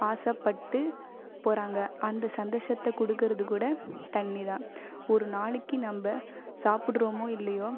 ஆசைப்பட்டு போகிறாங்க அந்த சந்தோஷத்தை கொடுக்கறது கூட தண்ணி தான் ஒரு நாளைக்கு நம்ப சாப்பிடுறோமோ இல்லையோ